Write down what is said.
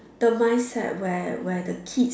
the mindset where where the kids